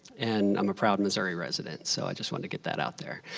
and i'm a proud missouri residents. so i just wanted to get that out there.